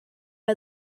had